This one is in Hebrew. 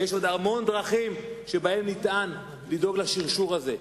ויש עוד המון דרכים שבהן ניתן לדאוג לשרשור הזה.